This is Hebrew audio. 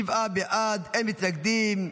שבעה בעד, אין מתנגדים.